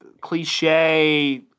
cliche